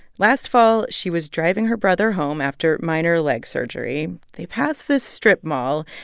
last fall, she was driving her brother home after minor leg surgery. they pass this strip mall,